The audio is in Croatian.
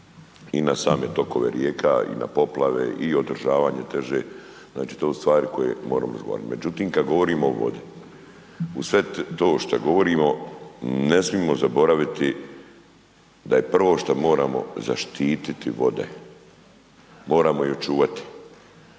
i na same tokove rijeka i na poplave i održavanje teže, znači to su stvari o kojima moramo razgovarati. Međutim kad govorimo o vodama, uz sve to što govorimo ne smijemo zaboraviti da je prvo što moramo zaštiti vode, moramo ih očuvati.